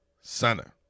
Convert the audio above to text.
Center